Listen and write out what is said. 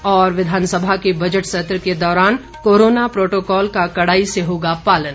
और विधानसभा के बजट सत्र के दौरान कोरोना प्रोटोकोल का कड़ाई से होगा पालन